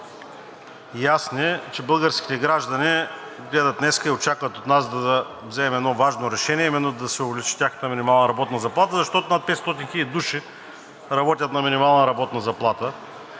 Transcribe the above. ясни – че българските граждани гледат днес и очакват от нас да вземем едно важно решение, а именно да се увеличи тяхната минимална работна заплата, защото над 500 хил. души работят на минимална работна заплата.